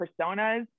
personas